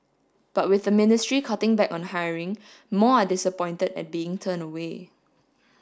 but with the ministry cutting back on hiring more are disappointed at being turned away